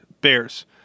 Bears